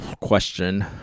question